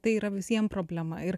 tai yra visiem problema ir